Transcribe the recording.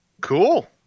Cool